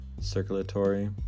circulatory